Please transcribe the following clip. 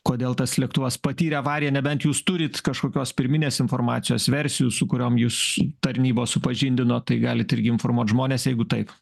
kodėl tas lėktuvas patyrė avariją nebent jūs turit kažkokios pirminės informacijos versijų su kuriom jus tarnybos supažindino tai galit irgi informuot žmones jeigu taip